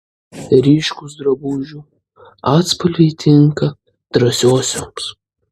ryškūs drabužių atspalviai tinka drąsiosioms